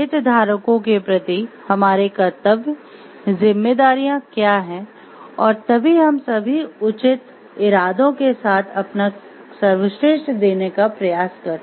हितधारकों के प्रति हमारे कर्तव्य जिम्मेदारियां क्या हैं और तभी हम सभी उचित इरादों के साथ अपना सर्वश्रेष्ठ देने का प्रयास करते हैं